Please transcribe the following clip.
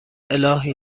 الهی